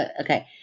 Okay